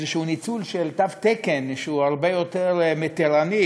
איזשהו ניצול של תו תקן שהוא הרבה יותר מתירני,